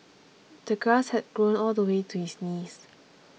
the grass had grown all the way to his knees